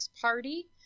Party